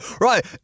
Right